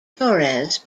torres